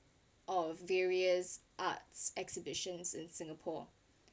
or various arts exhibitions in singapore